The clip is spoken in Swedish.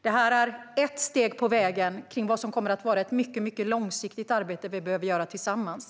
Detta är ett steg på vägen. Det kommer att vara ett mycket långsiktigt arbete som vi behöver göra tillsammans.